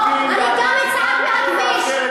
אני גם אצעד מהכביש,